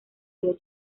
río